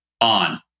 on